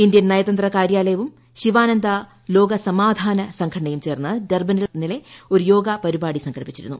Indian നയതന്ത്ര കാര്യാലയവും ശിവാനന്ത ലോക സമാധാന സംഘടനയും ചേർന്ന് ഡർബനിൽ ഇന്നലെ ഒരു യോഗ പരിപാടി സംഘടിപ്പിച്ചിരുന്നു